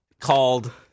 called